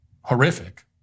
horrific